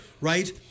Right